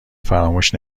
فراموش